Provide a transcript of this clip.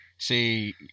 see